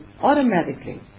automatically